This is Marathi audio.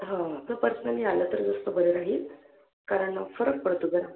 हा जर पर्सनली आलं तर जास्त बरं राहील कारण फरक पडतो जरा